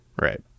right